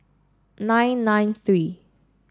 nine nine three